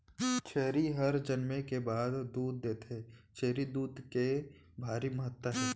छेरी हर जनमे के बाद दूद देथे, छेरी दूद के भारी महत्ता हे